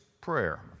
prayer